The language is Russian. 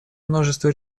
множество